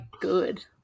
good